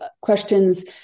questions